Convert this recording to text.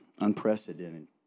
unprecedented